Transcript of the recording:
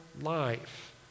life